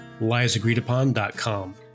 liesagreedupon.com